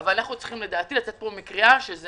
אבל אנו צריכים לדעתי לצאת מפה בקריאה שזה